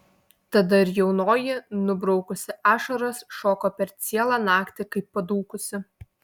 tada ir jaunoji nubraukusi ašaras šoko per cielą naktį kaip padūkusi